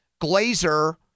Glazer